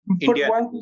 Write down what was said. India